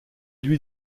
dit